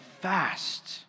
fast